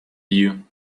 you